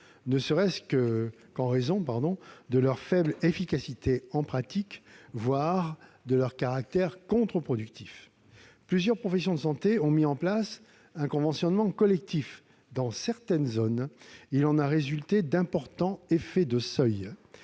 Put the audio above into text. ne serait-ce qu'en raison de leur faible efficacité en pratique, voire de leur caractère contre-productif. Plusieurs professions de santé ont mis en place un conventionnement collectif. Dans certains territoires, il en a résulté d'importants effets de seuil